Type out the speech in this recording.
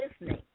listening